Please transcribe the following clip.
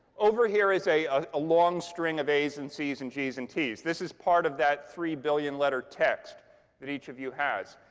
over here is a ah ah long string of a's, and c's, and g's, and t's. this is part of that three billion letter text that each of you has.